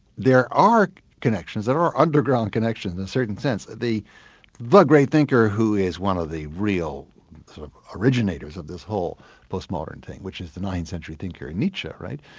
there are connections, there are underground connections in a certain sense. the but great thinker who is one of the real sort of originators of this whole postmodern thing, which is the nineteenth century thinker nietzsche, right,